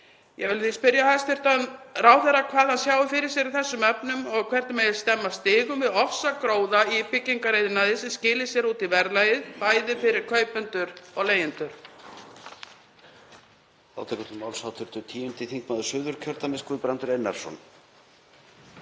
Ég vil því spyrja hæstv. ráðherra hvað hann sjái fyrir sér í þessum efnum og hvernig megi stemma stigu við ofsagróða í byggingariðnaði sem skili sér út í verðlagið, bæði fyrir kaupendur og leigjendur.